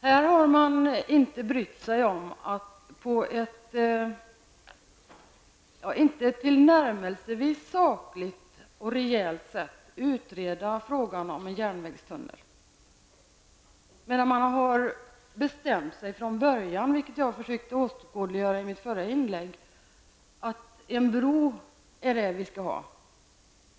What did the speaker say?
Här har man inte brytt sig om att på ett tillnärmelsevis sakligt och rejält sätt utreda frågan om en järnvägstunnel. Man har från början bestämt sig, vilket jag försökte åskådliggöra i mitt förra inlägg, att det är en bro vi skall ha.